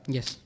Yes